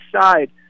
side